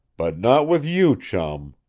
but not with you, chum.